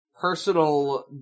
personal